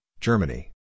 Germany